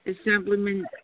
Assemblyman